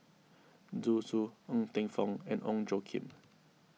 Zhu Xu Ng Teng Fong and Ong Tjoe Kim